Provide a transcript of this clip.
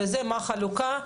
מה החלוקה.